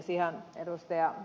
ihan ed